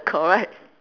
correct